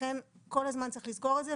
לכן כל הזמן צריך לזכור את זה,